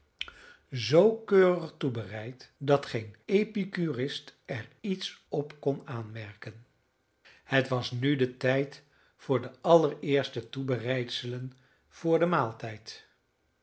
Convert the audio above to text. zoo keurig toebereid dat geen epicurist er iets op kon aanmerken het was nu de tijd voor de allereerste toebereidselen voor den maaltijd